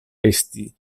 esti